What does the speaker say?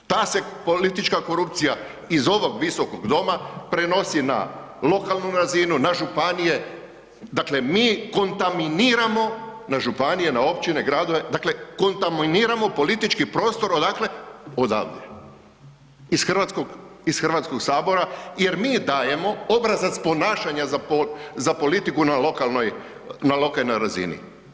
Ta se politička korupcija iz ovog visokog doma prenosi na lokalnu razinu, na županije, dakle mi kontaminiramo na županije, na općine, na gradove, dakle kontaminiramo politički prostor, odakle, odavde iz Hrvatskog sabora jer mi dajemo obrazac ponašanja za politiku na lokalnoj razini.